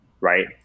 right